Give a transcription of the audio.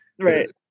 right